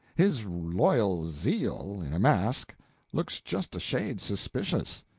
his loyal zeal in a mask looks just a shade suspicious.